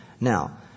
Now